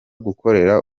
gukorera